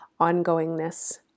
ongoingness